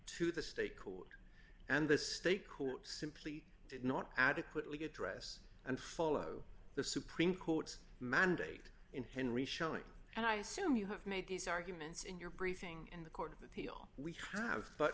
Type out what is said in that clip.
to the state court and the state court simply did not adequately address and follow the supreme court's mandate in henry showing and i soon you have made these arguments in your briefing in the court of appeal we have but